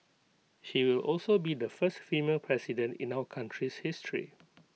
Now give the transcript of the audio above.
she will also be the first female president in our country's history